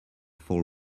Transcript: fall